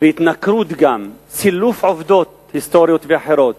וגם התנכרות, סילוף עובדות היסטוריות ואחרות.